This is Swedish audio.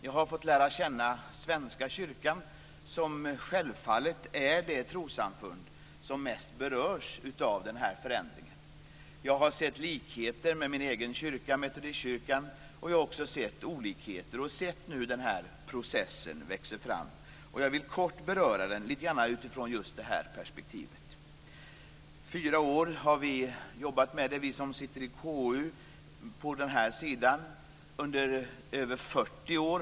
Jag har fått lära känna Svenska kyrkan, som självfallet är det trossamfund som mest berörs av den här förändringen. Jag har sett likheter med min egen kyrka, Metodistkyrkan, och även olikheter, och jag har iakttagit hur den här processen växt fram. Jag vill kort beröra den lite grann ur just det perspektivet. Vi som sitter i KU har på den sidan jobbat med detta i fyra år. Processen har pågått i över 40 år.